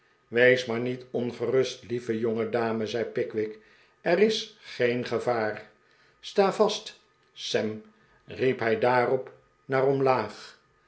wees maar niet ongerust lieve jongedame zei pickwick er is geen gevaar sta vast sam riep hij daarop naar omlaag